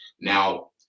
Now